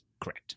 Correct